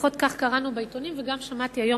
לפחות כך קראנו בעיתונים וגם שמעתי היום